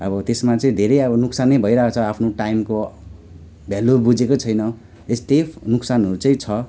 अब त्यसमा चाहिँ धेरै अब नोक्सान नै भइरहेको छ आफ्नो टाइमको भेल्यु बुझेको छैन यस्तै नोक्सानहरू चाहिँ छ